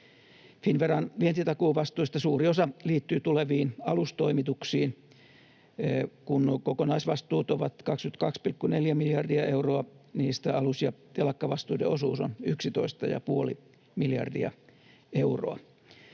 Finnveran vientitakuuvastuista suuri osa liittyy tuleviin alustoimituksiin. Kun nuo kokonaisvastuut ovat 22,4 miljardia euroa, niistä alus- ja telakkavastuiden osuus on 11,5 miljardia euroa.